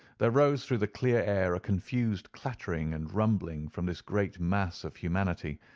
there rose through the clear air a confused clattering and rumbling from this great mass of humanity,